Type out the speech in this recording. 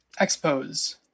Expos